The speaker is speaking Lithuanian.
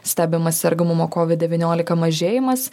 stebimas sergamumo kovid devyniolika mažėjimas